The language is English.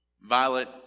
Violet